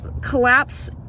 collapse